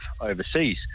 overseas